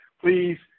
please